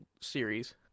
series